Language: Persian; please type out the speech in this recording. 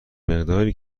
مقداری